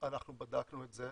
אנחנו בדקנו את זה.